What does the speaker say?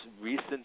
recent